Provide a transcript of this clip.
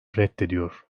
reddediyor